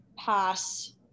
Pass